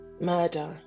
murder